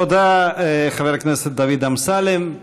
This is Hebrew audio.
תודה, חבר הכנסת דוד אמסלם.